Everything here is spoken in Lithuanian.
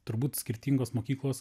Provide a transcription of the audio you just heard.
turbūt skirtingos mokyklos